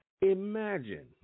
Imagine